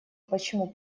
почему